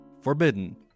Forbidden